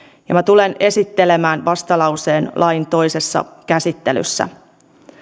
ja minä tulen esittelemään vastalauseen lain toisessa käsittelyssä